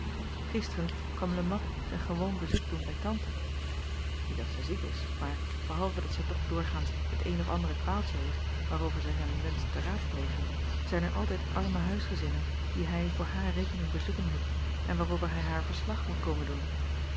kwam e at zijn gewoon bezoek doen bij tante niet dat zij ziek is maar behalve dat zij toch doorgaans het een of andere kwaaltje heeft waarover zij hem wenscht te raadplegen zijn er altijd arme huisgezinnen die hij voor hare rekening bezoeken moet en waarover hij haar verslag moet komen doen